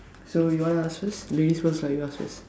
so you want ask first ladies first lah you ask first